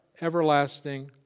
Everlasting